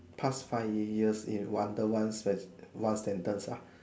past five years in wonder one sen~ one sentence ah